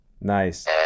nice